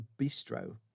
bistro